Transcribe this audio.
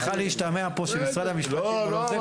יכל להשתמע פה שמשרד המשפטים הוא לא זה,